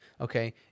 Okay